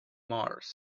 mars